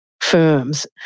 firms